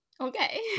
Okay